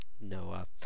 Noah